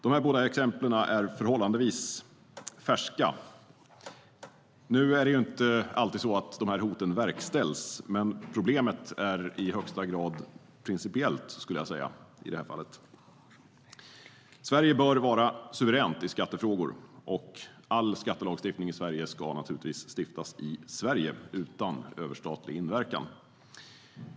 Dessa båda exempel är förhållandevis färska. Hoten verkställs dock inte alltid, men problemet är i högsta grad principiellt. Sverige bör vara suveränt i skattefrågor, och all skattelagstiftning ska naturligtvis stiftas i Sverige, utan överstatlig inverkan.